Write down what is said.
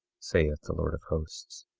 saith the lord of hosts.